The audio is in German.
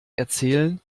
erzählen